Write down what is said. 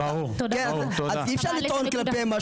אז אי אפשר לטעון כלפיהם,